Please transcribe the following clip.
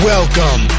Welcome